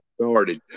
started